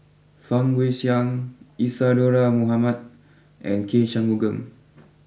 Fang Guixiang Isadhora Mohamed and K Shanmugam